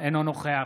אינו נוכח